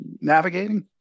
navigating